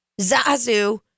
Zazu